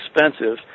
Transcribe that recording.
expensive